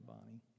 Bonnie